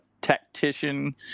Tactician